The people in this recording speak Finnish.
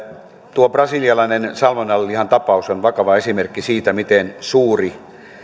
tuo brasilialaisen salmonellalihan tapaus on vakava esimerkki siitä miten suuri